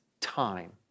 time